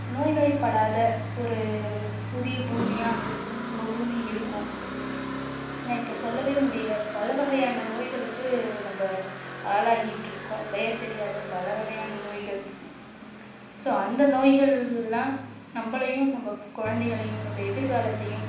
நோய் வாய்படாத ஒரு புதிய பூமியாக நம்ம பூமி இருக்கும் ஏன்னா இப்போ சொல்லவே முடியல பல வகையான நோய்களுக்கு நம்ம ஆளாகிட்டிருக்கோம் பெயர் தெரியாத பல வகையான நோய்கள் ஸோ அந்த நோய்கள்லாம் நம்மளையும் நம்ப குழந்தைகளையும் நம்ம எதிர்காலத்தையும்